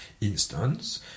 instance